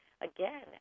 again